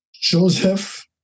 joseph